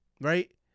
right